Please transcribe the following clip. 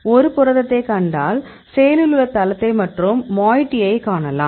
ஒரு புரதத்தைக் கண்டால் செயலில் உள்ள தளத்தைக் மற்றும் மொயட்டியைக் காணலாம்